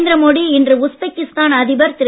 நரேந்திர மோடி இன்று உஸ்பெக்கிஸ்தான் அதிபர் திரு